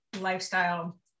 lifestyle